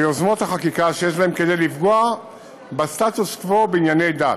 שיש בהן כדי לפגוע בסטטוס-קוו בענייני דת.